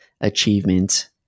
achievement